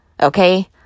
Okay